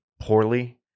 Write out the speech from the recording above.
poorly